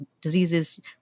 diseases